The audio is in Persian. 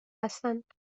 هستند